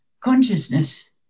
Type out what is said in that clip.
consciousness